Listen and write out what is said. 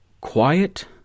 quiet